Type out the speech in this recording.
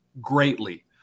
greatly